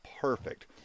perfect